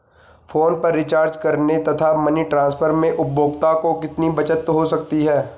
Phone पर recharge करने तथा मनी ट्रांसफर में उपभोक्ता को कितनी बचत हो सकती है?